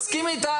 מסכים איתך.